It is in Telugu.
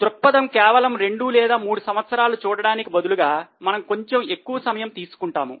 దృక్పథం కేవలం 2 లేదా 3 సంవత్సరాలు చూడటానికి బదులుగా మనం కొంచెం ఎక్కువ సమయం తీసుకుంటాము